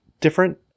different